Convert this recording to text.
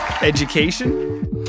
education